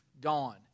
gone